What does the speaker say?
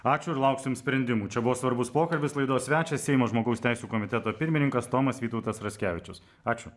ačiū ir lauksim sprendimų čia buvo svarbus pokalbis laidos svečias seimo žmogaus teisių komiteto pirmininkas tomas vytautas raskevičius ačiū